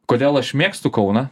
kodėl aš mėgstu kauną